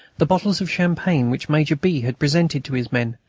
the bottles of champagne which major b. had presented to his men,